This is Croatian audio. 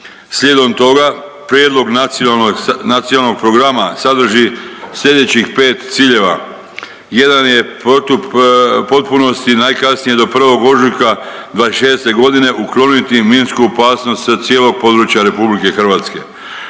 Slijedom toga, Prijedlog Nacionalnog programa sadrži sljedećih 5 ciljeva. Jedan je u potpunosti, najkasnije do 1. ožujka '26. g. ukloniti minsku opasnost s cijelog područja RH, održavati